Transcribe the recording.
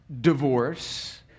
divorce